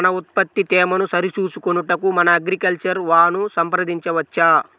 మన ఉత్పత్తి తేమను సరిచూచుకొనుటకు మన అగ్రికల్చర్ వా ను సంప్రదించవచ్చా?